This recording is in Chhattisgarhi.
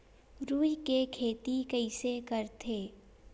रुई के खेती कइसे करथे?